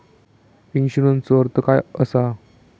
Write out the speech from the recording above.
इन्शुरन्सचो अर्थ काय असा?